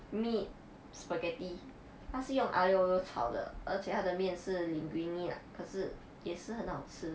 meat spaghetti 它是用 aglio olio 炒的而且它的面是 linguine lah 可是也是很好吃